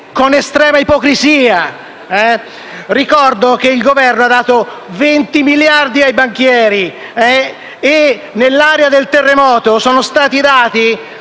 con estrema ipocrisia. Ricordo che il Governo ha dato 20 miliardi di euro ai banchieri e nell'area del terremoto sono state